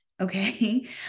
okay